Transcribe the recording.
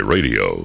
Radio